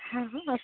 अस्